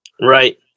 Right